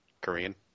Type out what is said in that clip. Korean